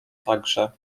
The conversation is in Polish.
także